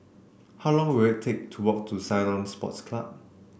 how long will it take to walk to Ceylon Sports Club